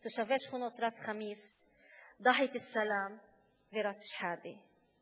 תושבי שכונות ראס-חמיס, דחיית-א-סלאם וראס-שחאדה.